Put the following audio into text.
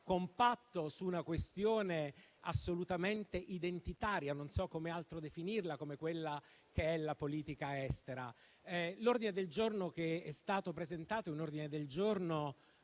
compatto su una questione assolutamente identitaria - non so come altro definirla - come è la politica estera. L'ordine del giorno che è stato presentato - mi viene da dire